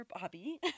Bobby